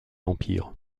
empire